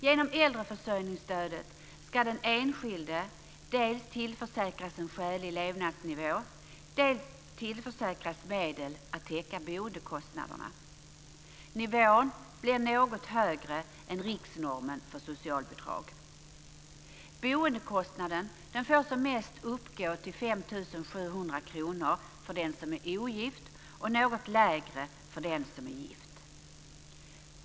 Genom äldreförsörjningsstödet ska den enskilde dels tillförsäkras en skälig levnadsnivå, dels tillförsäkras medel till att täcka boendekostnaderna. Nivån blir något högre än riksnormen för socialbidrag. Boendekostnaden får som mest uppgå till 5 700 kr för den som är ogift och något lägre för den som är gift.